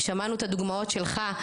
שמענו את הדוגמאות שלך,